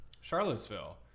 Charlottesville